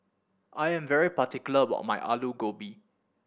I am particular about my Alu Gobi